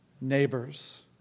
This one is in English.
neighbors